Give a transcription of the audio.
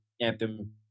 anthem